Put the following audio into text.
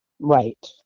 Right